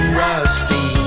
rusty